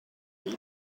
will